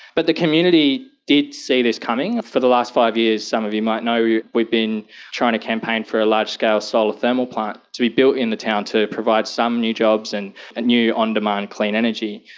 but the community did see this coming. for the last five years, some of you might know, we've been trying to campaign for a large-scale solar thermal plant to be built in the town to provide some new jobs and and new on-demand clean energy.